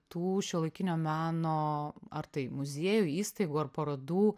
tų šiuolaikinio meno ar tai muziejų įstaigų ar parodų